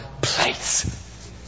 place